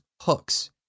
hooks